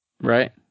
Right